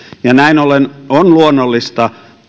näin ollen on luonnollista